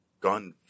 gun